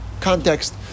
context